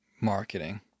marketing